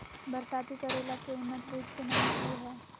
बरसाती करेला के उन्नत बिज के नाम की हैय?